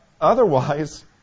Otherwise